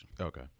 Okay